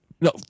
No